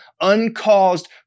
uncaused